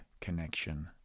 connection